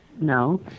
No